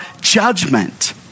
judgment